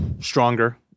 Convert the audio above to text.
stronger